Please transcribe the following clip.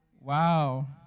Wow